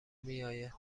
میآید